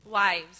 Wives